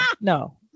no